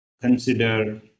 consider